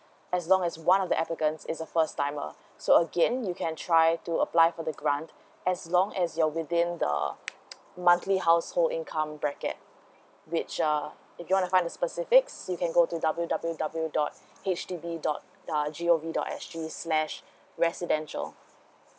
as long as one of the applicants is a first timer so again you can try to apply for the grant as long as you're within the monthly household income bracket which um if you want to find the specifics you can go to W W W dot H D B dot uh G O V dot S G slash residential